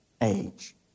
age